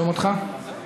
החוק